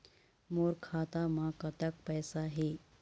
मोर खाता म कतक पैसा हे?